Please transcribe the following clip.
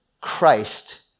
Christ